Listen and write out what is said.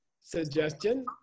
suggestion